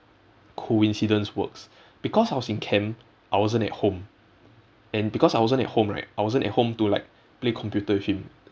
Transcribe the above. coincidence works because I was in camp I wasn't at home and because I wasn't at home right I wasn't at home to like play computer with him